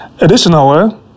Additionally